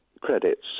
credits